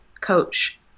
coach